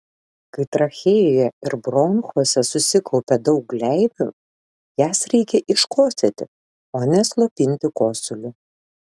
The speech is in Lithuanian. kai trachėjoje ir bronchuose susikaupia daug gleivių jas reikia iškosėti o ne slopinti kosulį